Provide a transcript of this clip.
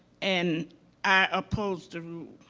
and i oppose the rule.